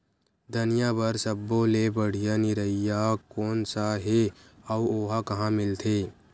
धनिया बर सब्बो ले बढ़िया निरैया कोन सा हे आऊ ओहा कहां मिलथे?